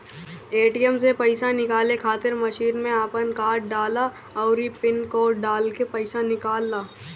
ATM से पईसा निकाले खातिर मशीन में आपन कार्ड डालअ अउरी पिन कोड डालके पईसा निकाल लअ